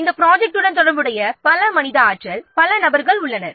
இந்த ப்ரொஜெக்ட்டுடன் தொடர்புடைய பல மனித ஆற்றல் பல நபர்கள் உள்ளனர்